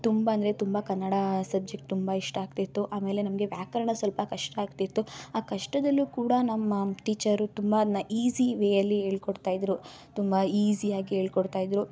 ತುಂಬ ಅಂದರೆ ತುಂಬ ಕನ್ನಡ ಸಬ್ಜೆಕ್ಟ್ ತುಂಬ ಇಷ್ಟ ಆಗ್ತಿತ್ತು ಆಮೇಲೆ ನಮಗೆ ವ್ಯಾಕರಣ ಸ್ವಲ್ಪ ಕಷ್ಟ ಆಗ್ತಿತ್ತು ಆ ಕಷ್ಟದಲ್ಲಿಯೂ ಕೂಡ ನಮ್ಮ ಟೀಚರು ತುಂಬ ಅದನ್ನ ಈಸಿ ವೇ ಅಲ್ಲಿ ಹೇಳ್ಕೊಡ್ತಾ ಇದ್ದರು ತುಂಬ ಈಸಿಯಾಗಿ ಹೇಳ್ಕೊಡ್ತಾ ಇದ್ರು